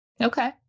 Okay